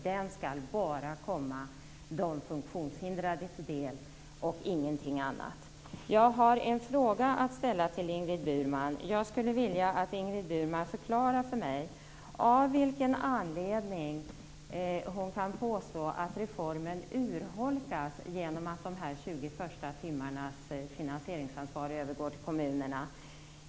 Den skall bara komma de funktionshindrade till del, och ingen annan. Jag har en fråga att ställa till Ingrid Burman. Jag skulle vilja att Ingrid Burman förklarade för mig av vilken anledning hon kan påstå att reformen urholkas genom att finansieringsansvaret för de 20 första timmarna övergår till kommunerna.